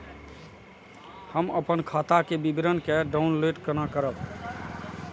हम अपन खाता के विवरण के डाउनलोड केना करब?